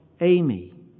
Amy